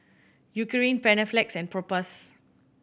Eucerin Panaflex and Propass